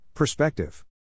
Perspective